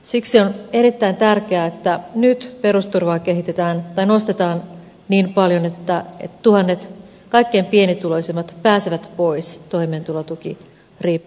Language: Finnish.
siksi on erittäin tärkeää että nyt perusturvaa nostetaan niin paljon että tuhannet kaikkein pienituloisimmat pääsevät pois toimeentulotukiriippuvuudesta